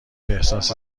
احساس